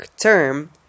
term